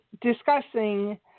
discussing